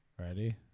Ready